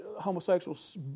homosexuals